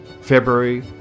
February